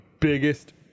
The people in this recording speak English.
Biggest